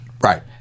Right